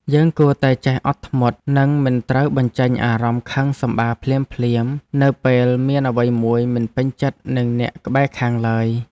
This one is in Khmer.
យើងគួរតែចេះអត់ធ្មត់និងមិនត្រូវបញ្ចេញអារម្មណ៍ខឹងសម្បារភ្លាមៗនៅពេលមានអ្វីមួយមិនពេញចិត្តនឹងអ្នកក្បែរខាងឡើយ។